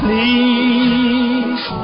Please